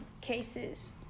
cases